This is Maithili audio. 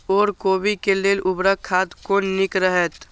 ओर कोबी के लेल उर्वरक खाद कोन नीक रहैत?